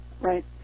Right